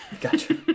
Gotcha